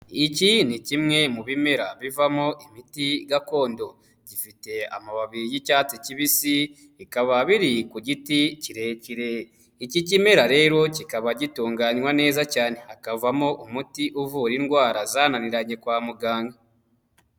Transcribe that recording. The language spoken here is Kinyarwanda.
Iki ni kimwe mu bimera bivamo imiti gakondo, gifite amababi y'icyatsi kibisi bikaba biri ku giti kirekire, iki kimera rero kikaba gitunganywa neza cyane hakavamo umuti uvura indwara zananiranye kwa muganga.